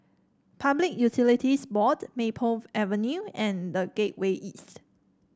Public Utilities Board Maple Avenue and The Gateway East